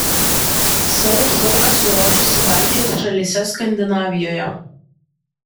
savo šou esu rodžiusi baltijos šalyse skandinavijoje